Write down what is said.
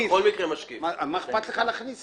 מה אכפת לך להכניס נציג של משרד החקלאות כמשקיף?